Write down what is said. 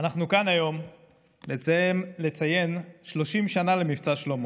אנחנו כאן היום לציין 30 שנה למבצע שלמה,